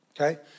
okay